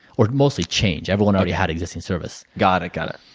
or mostly change. everyone already had existing service. got it. got it.